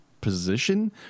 position